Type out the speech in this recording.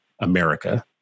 America